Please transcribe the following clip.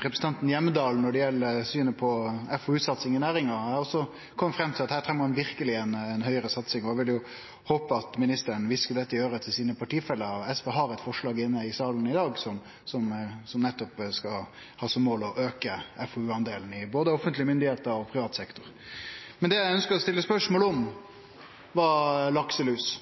representanten Hjemdal når det gjeld synet på FoU-satsinga i næringa. Eg har òg kome fram til at her treng ein verkeleg ei høgare satsing, og eg vil håpe at ministeren kviskrar dette i øyret til partifellane sine. SV har eit forslag inne i salen i dag, som nettopp skal ha som mål å auke FoU-andelen både hos offentlege myndigheiter og i privat sektor. Det eg ønskjer å stille spørsmål om, er lakselus.